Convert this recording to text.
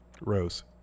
Rose